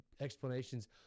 explanations